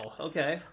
Okay